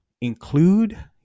include